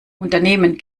unternehmen